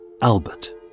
Albert